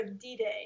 D-Day